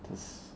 cause